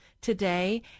today